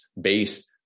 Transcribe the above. based